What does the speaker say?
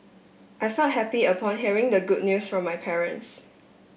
I felt happy upon hearing the good news from my parents